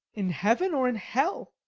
in heaven, or in hell?